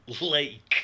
lake